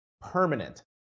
permanent